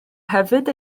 hefyd